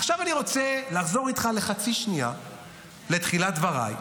עכשיו אני רוצה לחזור איתך חצי שנייה לתחילת דבריי.